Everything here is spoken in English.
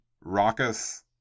raucous